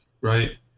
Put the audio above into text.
right